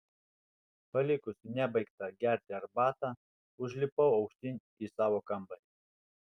palikusi nebaigtą gerti arbatą užlipau aukštyn į savo kambarį